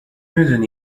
میدونی